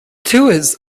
tours